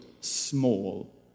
small